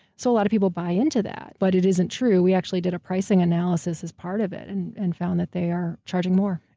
so a lot of people buy into that, but it isn't true. we actually did a pricing analysis as part of it, and and found that they are charging more.